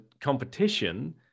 competition